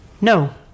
No